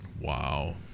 Wow